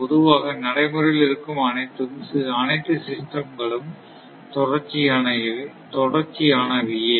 பொதுவாக நடைமுறையில் இருக்கும் அனைத்து சிஸ்டம் களும் தொடர்ச்சியானவையே